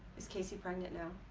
is casey pregnant now?